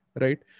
right